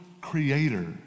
creator